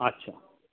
আচ্ছা